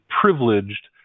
privileged